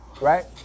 right